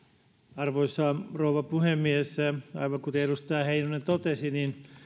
arvoisa rouva puhemies aivan kuten edustaja heinonen totesi niin